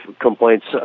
complaints